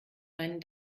meinen